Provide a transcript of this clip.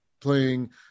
playing